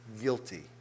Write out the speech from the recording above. guilty